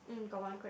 mm got one crab